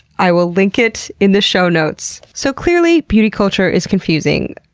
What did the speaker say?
i will link it in the show notes. so clearly, beauty culture is confusing.